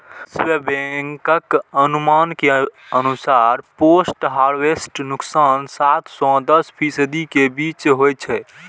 विश्व बैंकक अनुमान के अनुसार पोस्ट हार्वेस्ट नुकसान सात सं दस फीसदी के बीच होइ छै